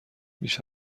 بیش